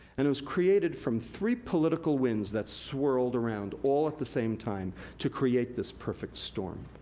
and it was created from three political winds that swirled around all at the same time to create this perfect storm.